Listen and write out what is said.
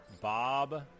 Bob